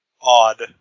odd